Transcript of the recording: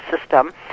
system